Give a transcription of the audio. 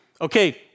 okay